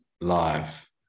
live